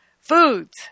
foods